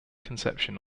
conception